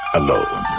alone